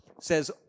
says